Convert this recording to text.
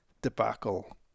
debacle